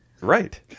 Right